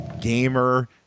gamer